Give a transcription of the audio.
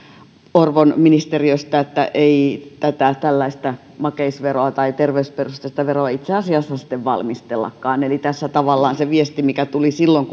orvon ministeriöstä että ei tällaista makeisveroa tai terveysperusteista veroa itse asiassa sitten valmistellakaan eli tässä tavallaan se viesti mikä tuli silloin